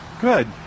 Good